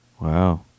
Wow